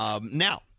Now